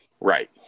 Right